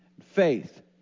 faith